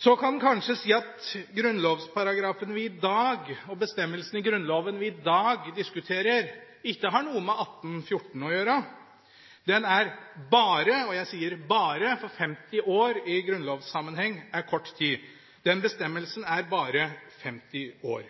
Så kan en kanskje si at den paragrafen og bestemmelsen i Grunnloven vi i dag diskuterer, ikke har noe med 1814 å gjøre, for den bestemmelsen er bare – og jeg sier «bare», for femti år